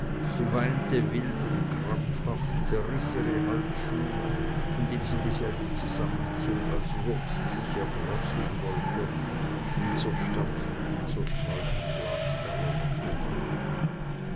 sie weinte wild und krampfhaft zerriß ihre halsschnur indem sie dieselbe zusammenzog als ob sie sich erdrosseln wollte und zerstampfte die zerstreuten glasperlen auf dem boden